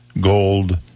gold